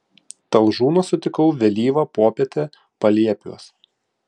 talžūną sutikau vėlyvą popietę paliepiuos